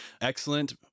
excellent